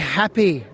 happy